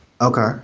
Okay